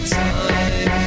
time